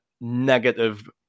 negative